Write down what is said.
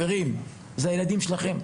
חברים, בסוף אלה הילדים שלכם.